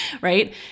right